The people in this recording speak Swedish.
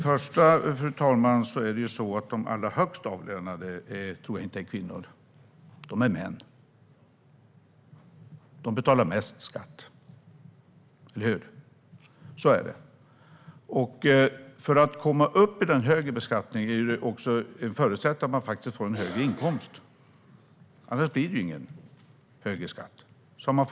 Fru talman! De allra högst avlönade är inte kvinnor. De är män. De betalar mest skatt. Eller hur? Så är det. För att komma upp i den högre beskattningen förutsätts att man får en högre inkomst. Annars blir det ingen högre skatt.